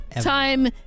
time